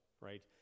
right